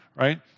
right